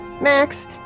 Max